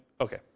Okay